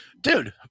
dude